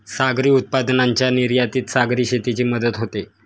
सागरी उत्पादनांच्या निर्यातीत सागरी शेतीची मदत होते